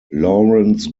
lawrence